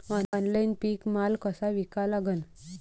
Online पीक माल कसा विका लागन?